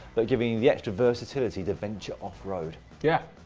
but giving the extra versatility to venture off-road. yeah,